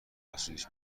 حسودیش